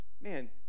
Man